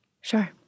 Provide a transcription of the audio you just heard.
Sure